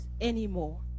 anymore